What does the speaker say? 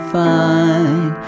fine